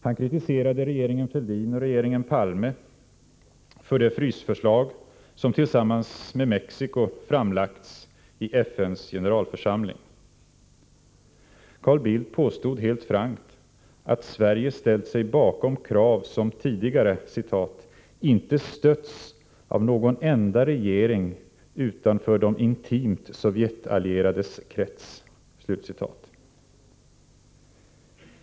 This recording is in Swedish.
Han kritiserade regeringen Fälldin och regeringen Palme för det frysförslag som man tillsammans med Mexico lagt fram i FN:s generalförsamling. Carl Bildt påstod helt frankt att Sverige ställt sig bakom krav som tidigare ”inte stötts av någon enda regering utanför de intimt Sovjetallierades krets”.